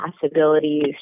possibilities